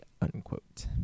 unquote